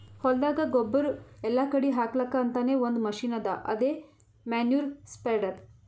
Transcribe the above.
ಹೊಲ್ದಾಗ ಗೊಬ್ಬುರ್ ಎಲ್ಲಾ ಕಡಿ ಹಾಕಲಕ್ಕ್ ಅಂತಾನೆ ಒಂದ್ ಮಷಿನ್ ಅದಾ ಅದೇ ಮ್ಯಾನ್ಯೂರ್ ಸ್ಪ್ರೆಡರ್